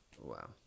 Wow